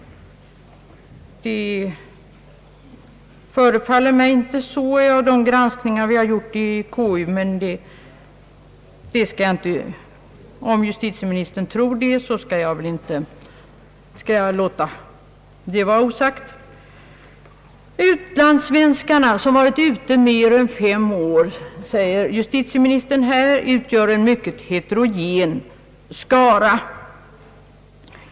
Det har inte förefallit mig så vid de granskningar vi har gjort i konstitutionsutskottet, men om justitieministern tror det, skall jag inte polemisera. Utlandssvenskar som varit ute mer än fem år, säger justitieministern här, utgör en mycket heterogen skara.